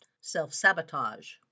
self-sabotage